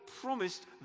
promised